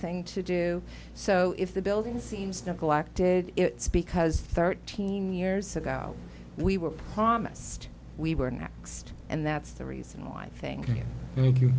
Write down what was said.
thing to do so if the building seems neglected it's because thirteen years ago we were promised we were next and that's the reason why i think thank you